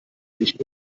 sich